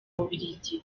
bubiligi